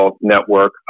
network